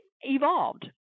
evolved